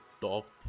top